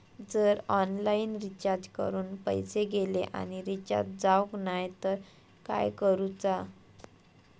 जर online recharge करून पैसे गेले आणि रिचार्ज जावक नाय तर काय करूचा?